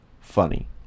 funny